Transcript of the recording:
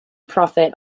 profit